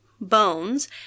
bones